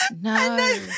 No